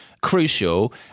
crucial